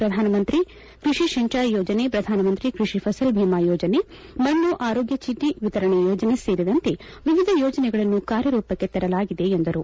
ಪ್ರಧಾನಮಂತ್ರಿ ಕೃಷಿ ಸಿಂಚಾಯಿ ಯೋಜನೆ ಪ್ರಧಾನಮಂತ್ರಿ ಕೃಷಿ ಫಸಲ್ ಭಿಮಾ ಯೋಜನೆ ಮಣ್ಣು ಆರೋಗ್ಯ ಚೀಟ ವಿತರಣೆ ಯೋಜನೆ ಸೇರಿದಂತೆ ವಿವಿಧ ಯೋಜನೆಗಳನ್ನು ಕಾರ್ಯರೂಪಕ್ಕೆ ತರಲಾಗಿದೆ ಎಂದರು